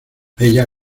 ella